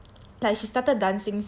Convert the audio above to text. like she started dancing since like